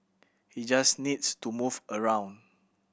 he just needs to move around